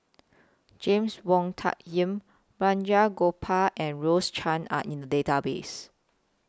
James Wong Tuck Yim Balraj Gopal and Rose Chan Are in The Database